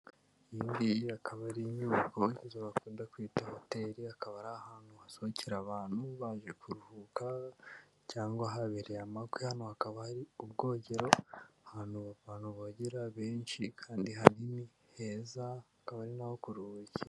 Iyi ngiyi akaba ari inyubako, inzu bakunda kwita hoteli akaba ari ahantu hasohokera abantu baje kuruhuka cyangwa habereye amakwe, hano hakaba hari ubwogero ahantu abantu bogera benshi kandi hanini heza, akaba ari n'aho kuruhukira.